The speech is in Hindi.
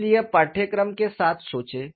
इसलिए पाठ्यक्रम के साथ सोचें